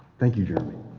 thank you, jeremy.